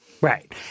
Right